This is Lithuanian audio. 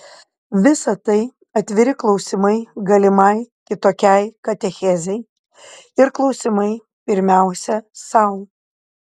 visa tai atviri klausimai galimai kitokiai katechezei ir klausimai pirmiausia sau